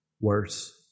worse